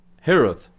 Herod